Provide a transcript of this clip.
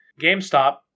GameStop